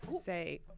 say